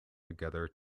together